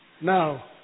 Now